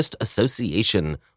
Association